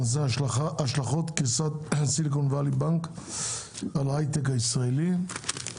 הנושא: השלכות קריסת סיליקון ואלי בנק על ההייטק הישראלי.